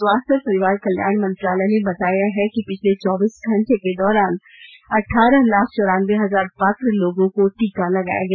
स्वास्थ्य और परिवार कल्याण मंत्रालय ने बताया है कि पिछले चौबीस घंटे के दौरान अठारह लाख चौरानबे हजार पात्र लोगों को टीका लगाया गया